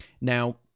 Now